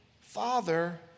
Father